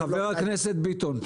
חבר הכנסת ביטון,